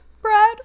bread